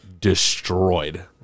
destroyed